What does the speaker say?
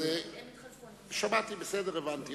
בסדר, הבנתי.